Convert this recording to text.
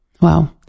Wow